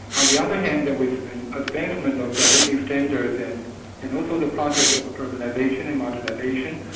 on the other hand there was the advancement of the living standards and and also the process of urbanisation and modernisation.